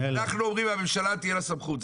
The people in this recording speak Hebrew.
אנחנו אומרים הממשלה תהיה לה סמכות.